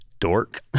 Dork